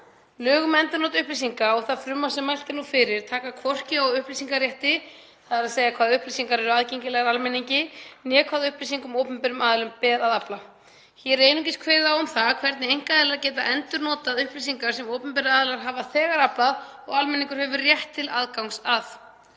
Lög um endurnot upplýsinga og það frumvarp sem mælt er fyrir nú taka hvorki á upplýsingarétti, þ.e. hvaða upplýsingar eru aðgengilegar almenningi, né hvaða upplýsingum opinberum aðilum ber að afla. Hér er einungis kveðið á um það hvernig einkaaðilar geta endurnotað upplýsingar sem opinberar aðilar hafa þegar aflað og almenningur hefur rétt til aðgangs að.